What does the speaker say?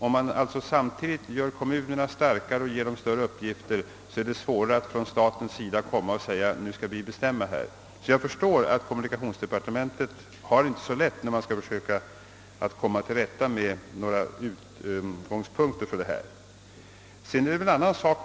Om man gör kommunerna starkare och ger dem större uppgifter är det svårt att samtidigt från statens sida säga att staten nu skall bestämma, Jag förstår alltså att det är svårt för kommunikationsdepartementet att finna lämpliga utgångspunkter för planeringen.